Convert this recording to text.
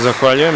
Zahvaljujem.